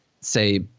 say